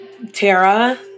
Tara